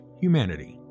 humanity